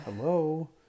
hello